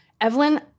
Evelyn